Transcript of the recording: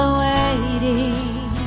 waiting